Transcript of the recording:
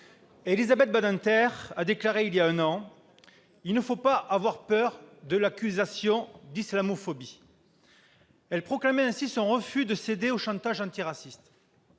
Élisabeth Badinter déclarait il y a un an :« Il ne faut pas avoir peur de l'accusation d'islamophobie ». Elle proclamait ainsi son refus de céder au chantage antiraciste.